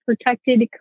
protected